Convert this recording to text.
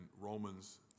Romans